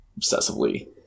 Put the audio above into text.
obsessively